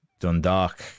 Dundalk